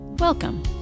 Welcome